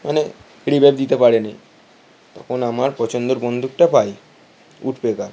মানে রিভাইভ দিতে পারে নি তখন আমার পছন্দের বন্দুকটা পাই উঠপেকার